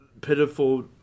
pitiful